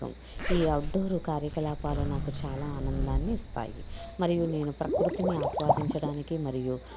ఈ అవుట్డోర్ కార్యకలాపాలు నాకు చాలా ఆనందాన్ని ఇస్తాయి మరియు నేను ప్రకృతిని ఆస్వాదించడానికి మరియు